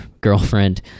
girlfriend